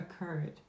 occurred